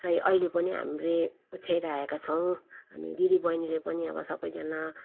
चाहिँ अहिले पनि हामीले ओछ्याइरहेका छौँ अनि दिदीबैनीले पनि अब सबैजना